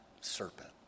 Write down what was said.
serpent